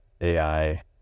AI